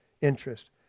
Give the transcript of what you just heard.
interest